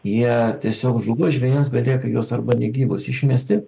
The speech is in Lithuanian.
jie tiesiog žūva žvejams belieka juos arba negyvus išmesti